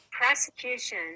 Prosecution